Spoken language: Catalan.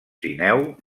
sineu